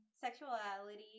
sexuality